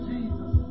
Jesus